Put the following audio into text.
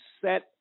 set